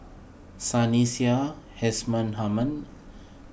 Sunny Sia Husman Aman